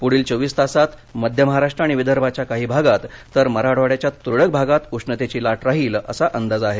पुढील चोवीस तासात मध्य महाराष्ट्रण आणि विदर्भाच्या काही भागात तर मराठवाड्याच्या तुरळक भागात उष्णतेची लाट राहील असा अंदाज आहे